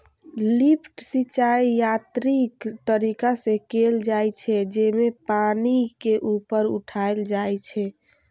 lift सिंचाइ यांत्रिक तरीका से कैल जाइ छै, जेमे पानि के ऊपर उठाएल जाइ छै